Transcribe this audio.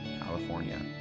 California